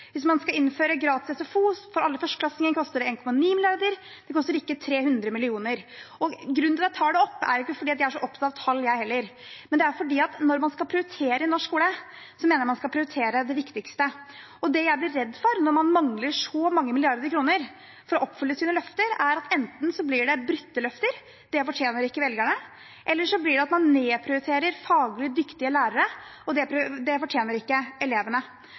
Hvis man skal innføre gratis SFO for alle førsteklassinger, koster det 1,9 mrd. kr, det koster ikke 300 mill. kr. Grunnen til at jeg tar det opp, er ikke at jeg er så opptatt av tall, jeg heller, men når man skal prioritere i norsk skole, mener jeg man skal prioritere det viktigste. Det jeg blir redd for når man mangler så mange milliarder kroner for å oppfylle sine løfter, er at enten blir det brutte løfter, og det fortjener ikke velgerne, eller så blir det at man nedprioriterer faglig dyktige lærere, og det fortjener ikke elevene.